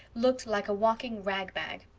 looked like a walking rag-bag.